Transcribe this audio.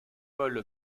paul